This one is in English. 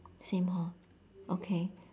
same hor okay